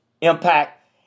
impact